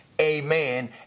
amen